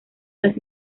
las